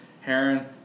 Heron